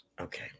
Okay